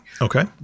Okay